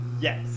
Yes